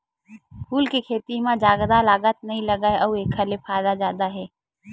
फूल के खेती म जादा लागत नइ लागय अउ एखर ले फायदा जादा हे